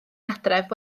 adref